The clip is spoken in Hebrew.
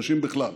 נשים בכלל.